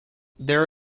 there